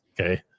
Okay